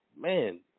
man